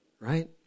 Right